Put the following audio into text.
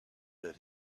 that